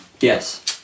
Yes